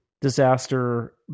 disaster